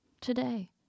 today